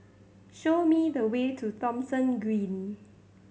show me the way to Thomson Green